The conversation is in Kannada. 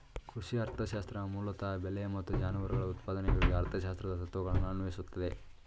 ಕೃಷಿ ಅರ್ಥಶಾಸ್ತ್ರ ಮೂಲತಃ ಬೆಳೆ ಮತ್ತು ಜಾನುವಾರುಗಳ ಉತ್ಪಾದನೆಗಳಿಗೆ ಅರ್ಥಶಾಸ್ತ್ರದ ತತ್ವಗಳನ್ನು ಅನ್ವಯಿಸ್ತದೆ